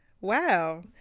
Wow